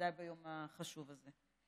בוודאי ביום החשוב הזה.